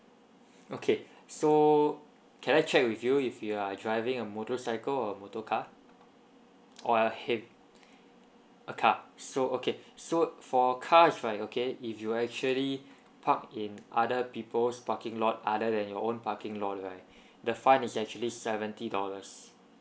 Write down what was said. okay so can I check with you if you are driving a motorcycle or motorcar oh okay a car so okay so for car right okay if you are actually park in other people's parking lot other than your own parking right the fine is actually seventy dollars